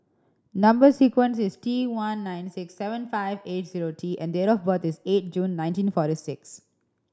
number sequence is T one nine six seven five eight zero T and date of birth is eight June nineteen forty six